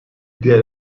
diğer